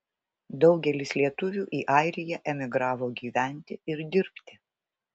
daugelis lietuvių į airiją emigravo gyventi ir dirbti